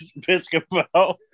Piscopo